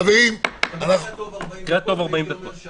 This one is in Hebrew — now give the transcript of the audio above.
חברים --- במקרה הטוב 40 דקות, לפעמים זה שעה.